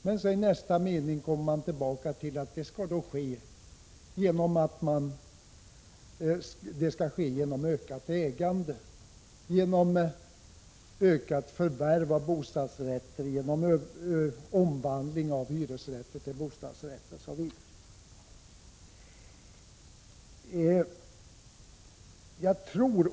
Men i nästa mening kommer man tillbaka till att det skall ske genom ökat ägande, genom ökat förvärv av bostadsrätter, genom omvandling av hyresrätter till bostadsrätter osv.